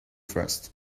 first